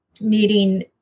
meeting